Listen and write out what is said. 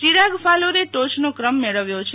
ચિરાગ ફાલોરે ટોચનો ક્રમ મેળવ્યો છે